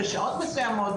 בשעות מסוימות,